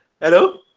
Hello